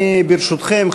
ברשותכם,